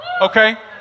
okay